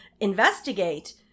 investigate